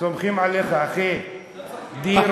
סומכים עליך, אחי.